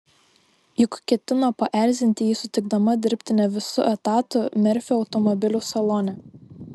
juk ketino paerzinti jį sutikdama dirbti ne visu etatu merfio automobilių salone